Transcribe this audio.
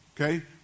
Okay